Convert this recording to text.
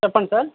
చెప్పండి సార్